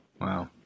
Wow